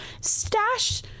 stash